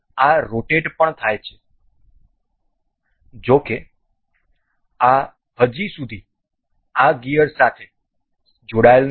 તેથી હવે આ રોટેટ પણ થાય છે જો કે આ હજી સુધી આ ગિયર સાથે જોડાયેલ નથી